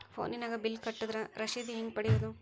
ಫೋನಿನಾಗ ಬಿಲ್ ಕಟ್ಟದ್ರ ರಶೇದಿ ಹೆಂಗ್ ಪಡೆಯೋದು?